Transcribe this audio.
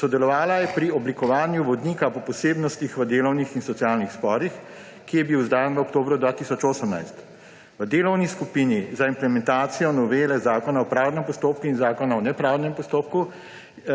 Sodelovala je pri oblikovanju Vodnika po posebnostih v delovnih in socialnih sporih, ki je bil izdan v oktobru 2018. V Delovni skupini za implementacijo novele Zakona o pravdnem postopku in Zakona o nepravdnem postopku,